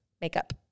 Makeup